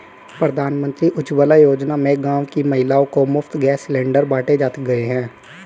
प्रधानमंत्री उज्जवला योजना में गांव की महिलाओं को मुफ्त गैस सिलेंडर बांटे गए